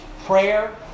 prayer